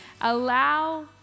Allow